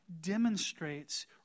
demonstrates